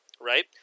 right